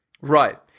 Right